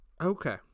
Okay